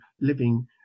living